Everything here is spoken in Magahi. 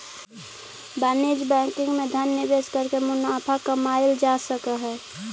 वाणिज्यिक बैंकिंग में धन निवेश करके मुनाफा कमाएल जा सकऽ हइ